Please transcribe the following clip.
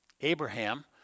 Abraham